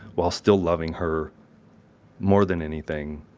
while still loving her more than anything,